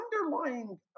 underlying